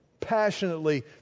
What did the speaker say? passionately